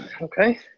Okay